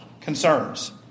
Concerns